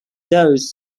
those